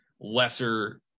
lesser